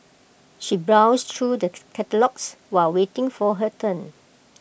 she browsed through the catalogues while waiting for her turn